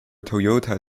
toyota